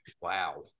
Wow